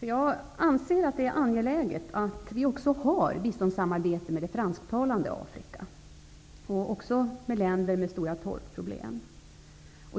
Jag anser att det är angeläget att vi också har biståndssamarbete med det fransktalande Afrika och med länder med stora torkproblem.